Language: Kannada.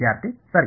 ವಿದ್ಯಾರ್ಥಿ ಸರಿ